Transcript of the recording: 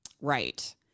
Right